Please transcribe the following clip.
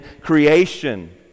creation